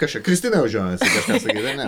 kas čia kristina jau žiojosi kažką sakyt ar ne